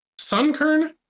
sunkern